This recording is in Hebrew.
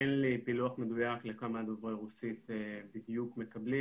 אין לי פילוח מדויק לכמה דוברי רוסית בדיוק מקבלים,